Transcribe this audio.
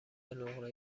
نقره